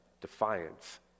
defiance